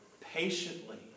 patiently